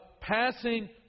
passing